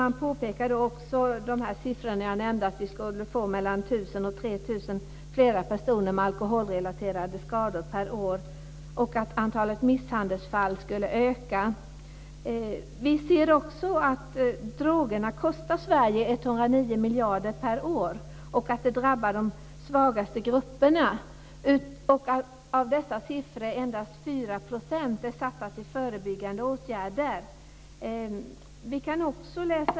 Man påpekar också att vi skulle få 1 000-3 000 fler personer med alkoholrelaterade skador per år - det var de siffror jag tidigare nämnde - och att antalet misshandelsfall skulle öka.